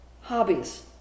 hobbies